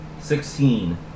Sixteen